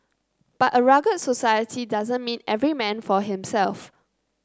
but a rugged society doesn't mean every man for himself